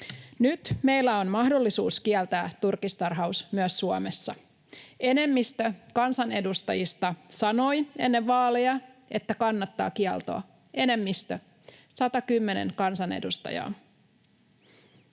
Nyt meillä on mahdollisuus kieltää turkistarhaus myös Suomessa. Enemmistö kansanedustajista sanoi ennen vaaleja, että kannattaa kieltoa — enemmistö, 110 kansanedustajaa.